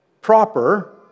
proper